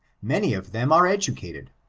many of them are educated.